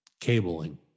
cabling